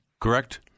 Correct